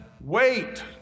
wait